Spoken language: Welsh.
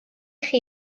chi